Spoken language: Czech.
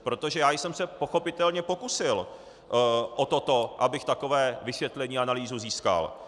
Protože já jsem se pochopitelně pokusil o toto, abych takové vysvětlení, analýzu získal.